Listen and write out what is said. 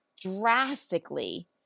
drastically